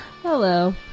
Hello